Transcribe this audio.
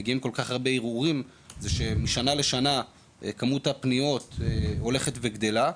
שמשנה לשנה כמות הפניות הולכת וגדלה,